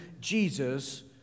Jesus